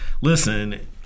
Listen